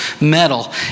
metal